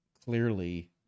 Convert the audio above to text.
clearly